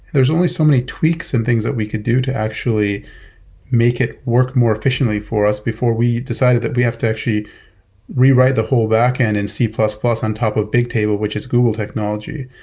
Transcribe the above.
there're only so many tweaks and things that we can do to actually make it work more efficiently for us before we decided that we have to actually rewrite the whole backend in c plus plus on top of bigtable which is google technology.